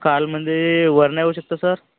काल म्हणजे वर्ना येऊ शकते सर